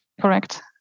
Correct